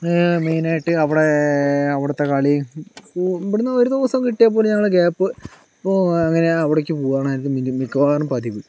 മെയ്നായിട്ട് അവിടെ അവിടുത്തെ കളി ഇപ്പൊൾ ഇവിടുന്ന് ഒരു ദിവസം കിട്ടിയാ പോലും ഞങ്ങള് ഗ്യാപ്പ് ഇപ്പൊ അങ്ങനെ അവിടേക്ക് പോകാറാണ് മിക്കവാറും പതിവ്